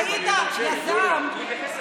אני מרשה, יוליה.